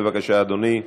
בבקשה, אדוני.